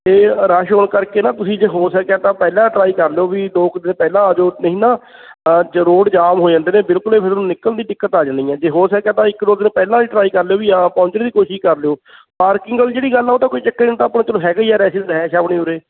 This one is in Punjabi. ਅਤੇ ਰਸ਼ ਹੋਣ ਕਰਕੇ ਨਾ ਤੁਸੀਂ ਜੇ ਹੋ ਸਕਿਆ ਤਾਂ ਪਹਿਲਾਂ ਟਰਾਈ ਕਰ ਲਓ ਵੀ ਦੋ ਕ ਦਿਨ ਪਹਿਲਾਂ ਆ ਜੋ ਨਹੀਂ ਨਾ ਰੋਡ ਜਾਮ ਹੋ ਜਾਂਦੇ ਨੇ ਬਿਲਕੁਲ ਨਿਕਲਣ ਦੀ ਦਿੱਕਤ ਆ ਜਾਣੀ ਆ ਜੇ ਹੋ ਸਕਿਆ ਤਾਂ ਇੱਕ ਦੋ ਦਿਨ ਪਹਿਲਾਂ ਦੀ ਟਰਾਈ ਕਰ ਲਿਓ ਵੀ ਆ ਪਹੁੰਚ ਦੀ ਕੋਸ਼ਿਸ਼ ਕਰ ਲਿਓ ਪਾਰਕਿੰਗ ਵਾਲੀ ਜਿਹੜੀ ਗੱਲ ਉਹ ਤਾਂ ਕੋਈ ਚੱਕਰ ਨਹੀਂ ਤਾਂ ਆਪਾਂ ਨੂੰ ਚਲੋ ਹੈਗਾ ਹੀ ਆ ਰਿਹਾਇਸ਼ ਆ ਆਪਣੀ ਉਰੇ